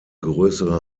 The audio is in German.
größere